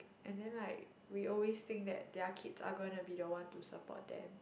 and then like we always think that their kids are going to be the one to support them